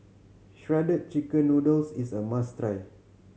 Shredded Chicken Noodles is a must try